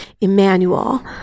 Emmanuel